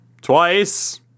twice